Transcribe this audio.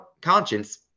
conscience